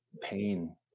pain